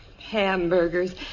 Hamburgers